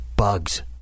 Bugs